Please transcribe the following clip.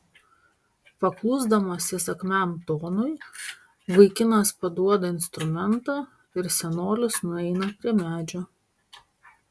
paklusdamas įsakmiam tonui vaikinas paduoda instrumentą ir senolis nueina prie medžio